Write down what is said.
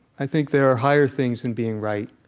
i think there are higher things than being right.